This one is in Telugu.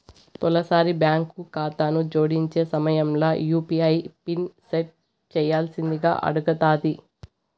తొలిసారి బాంకు కాతాను జోడించే సమయంల యూ.పీ.ఐ పిన్ సెట్ చేయ్యాల్సిందింగా అడగతాది